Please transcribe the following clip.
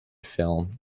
film